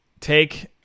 take